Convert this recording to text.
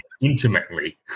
intimately